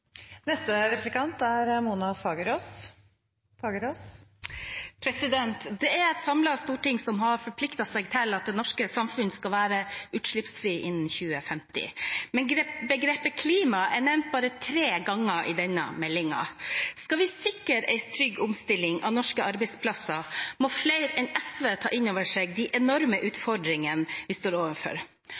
Det er et samlet storting som har forpliktet seg til at det norske samfunnet skal være utslippsfritt innen 2050, men begrepet «klima» er nevnt bare tre ganger i denne meldingen. Skal vi sikre en trygg omstilling av norske arbeidsplasser, må flere enn SV ta inn over seg de enorme utfordringene vi står overfor.